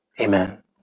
Amen